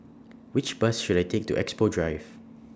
Which Bus should I Take to Expo Drive